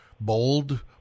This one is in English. bold